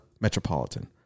Metropolitan